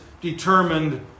determined